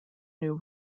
new